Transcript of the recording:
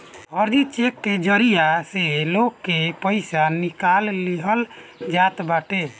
फर्जी चेक के जरिया से लोग के पईसा निकाल लिहल जात बाटे